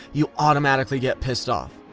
you automatically get pissed off.